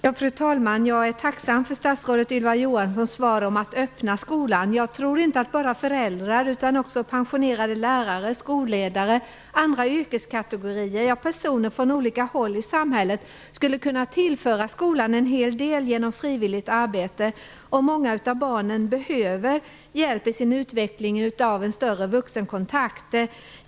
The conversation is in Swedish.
Fru talman! Jag är tacksam för statsrådet Ylva Johanssons svar om att öppna skolan. Jag tror inte att bara föräldrar utan också pensionerade lärare, skolledare, andra yrkeskategorier, ja, personer från olika håll i samhället skulle kunna tillföra skolan en hel del genom frivilligt arbete. Och många av barnen behöver hjälp i sin utveckling av en mer omfattande vuxenkontakt.